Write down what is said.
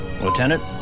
Lieutenant